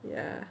yeah